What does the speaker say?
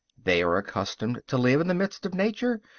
they are accustomed to live in the midst of nature,